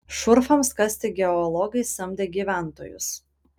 šurfams kasti geologai samdė gyventojus